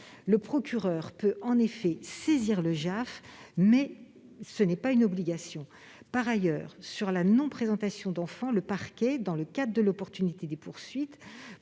Le procureur peut en effet saisir le JAF, mais ce n'est pas une obligation. Par ailleurs, concernant la non-présentation d'enfant, dans le cadre de l'opportunité des poursuites,